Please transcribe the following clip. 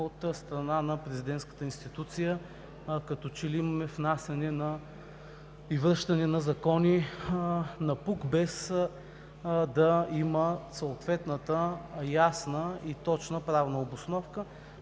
от страна на Президентската институция като че ли имаме внасяне и връщане на закони напук, без да има съответната ясна и точна правна обосновка.